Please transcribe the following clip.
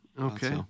Okay